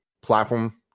platform